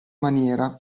maniera